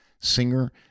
singer